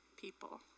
people